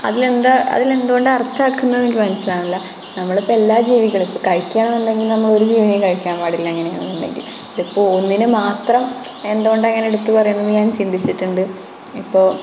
അതിലെന്താ അതിലെന്തുകൊണ്ടാണ് അർത്ഥിക്കുന്നതെന്ന് എനിക്ക് മനസ്സിലാകുന്നില്ല നമ്മളിപ്പോൾ എല്ലാ ജീവികളും കഴിക്കുക എന്നുണ്ടെങ്കിൽ നമ്മൾ ഒരു ജീവികളെയും കഴിക്കാൻ പാടില്ല അങ്ങനെയാണെന്നുണ്ടെങ്കിൽ അതിപ്പോൾ ഒന്നിനെ മാത്രം എന്തുകൊണ്ടാണ് അങ്ങനെ എടുത്ത് പറയണതെന്നു ഞാൻ ചിന്തിച്ചിട്ടുണ്ട് ഇപ്പോൾ